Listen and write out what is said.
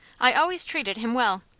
i always treated him well.